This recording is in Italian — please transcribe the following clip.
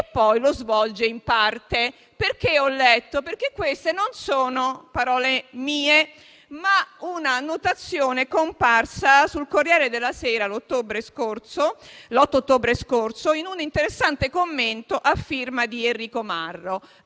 e poi la svolge in parte. Queste che ho letto non sono parole mie, ma un'annotazione comparsa sul «Corriere della Sera» l'8 ottobre scorso in un interessante commento a firma di Enrico Marro.